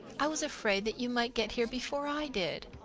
i was afraid that you might get here before i did.